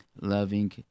loving